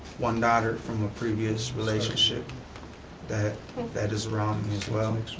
one daughter from a previous relationship that that is around me as well.